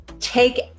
Take